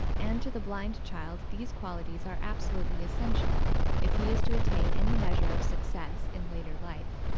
and to the blind child these qualities are absolutely essential if he is to attain any measure of success in later life.